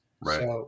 Right